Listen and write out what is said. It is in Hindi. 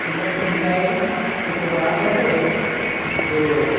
एक बार तो हम क्या है न चित्र बना रहे थे तो